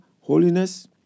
holiness